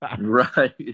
Right